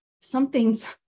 something's